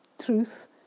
truth